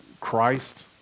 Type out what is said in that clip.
Christ